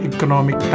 Economic